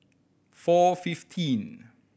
four fifteen